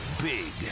Big